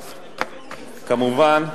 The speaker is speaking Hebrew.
כמובן,